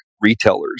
retailers